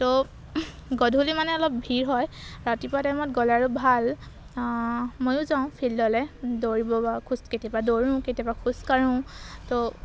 তো গধূলি মানে অলপ ভিৰ হয় ৰাতিপুৱা টাইমত গ'ল আৰু ভাল ময়ো যাওঁ ফিল্ডলৈ দৌৰিব বা খোজ কেতিয়াবা দৌৰো কেতিয়াবা খোজ কাঢ়োঁ তো